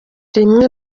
rimwe